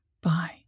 Bye